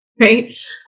right